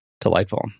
delightful